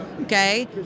Okay